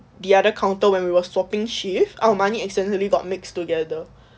the other counter when we were swapping shift our money accidentally got mixed together